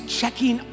checking